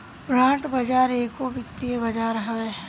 bond बाजार एगो वित्तीय बाजार हवे